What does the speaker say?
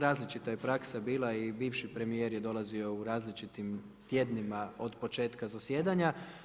Različita je praksa bila i bivši premijer je dolazio u različitim tjednima od početka zasjedanja.